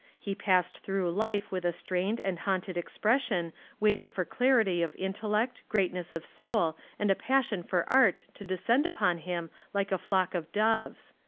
he passed through life with a strained and haunted expression waiting for clarity of intellect, greatness of soul, and a passion for art to descend upon him like a flock of doves.